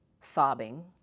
sobbing